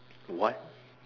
what